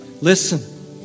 Listen